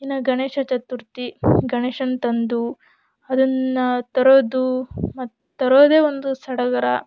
ಇನ್ನು ಗಣೇಶ ಚತುರ್ಥಿ ಗಣೇಶನ್ನ ತಂದು ಅದನ್ನು ತರೋದು ಮತ್ತು ತರೋದೇ ಒಂದು ಸಡಗರ